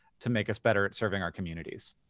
to make us better at serving our communities?